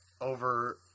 over